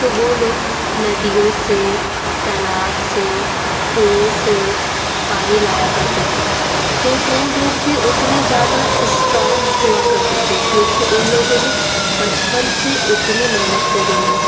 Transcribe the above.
तो वे लोग नदियों से तालाब से कुओं से पानी लाया करते थे तो वे लोग भी उतने ज़्यादा इस्ट्रांग हुआ करते थे क्योंकि उन लोगों ने बचपन से उतनी मेहनत करी है